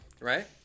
Right